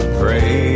pray